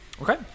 Okay